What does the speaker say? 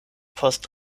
post